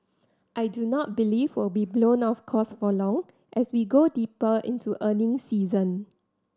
I do not believe will be blown off course for long as we go deeper into earnings season